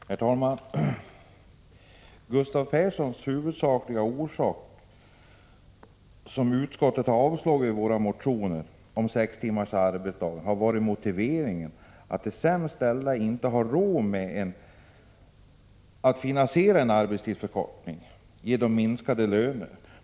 Herr talman! Gustav Persson säger att den huvudsakliga orsaken till att utskottet har avstyrkt våra motioner om sex timmars arbetsdag är att de sämst ställda inte har råd att finansiera en arbetstidsförkortning genom minskade löner.